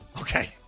Okay